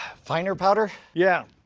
finer powder? yeah,